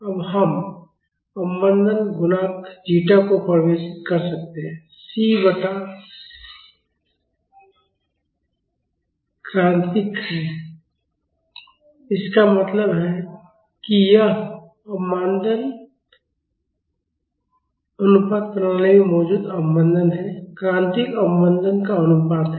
अब हम अवमंदन अनुपात जीटा को परिभाषित कर सकते हैं c बटा c क्रांतिक है इसका मतलब है कि यह अवमंदन अनुपात प्रणाली में मौजूद अवमंदन और क्रांतिक अवमंदन का अनुपात है